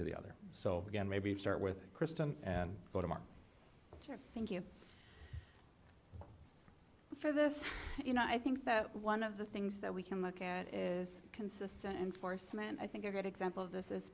to the other so again maybe start with kristen and go to mark thank you for this you know i think that one of the things that we can look at is consistent enforcement i think a good example of this is